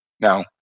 Now